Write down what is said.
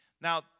Now